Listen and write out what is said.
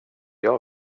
jag